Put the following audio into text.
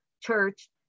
church